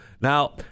Now